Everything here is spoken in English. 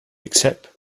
except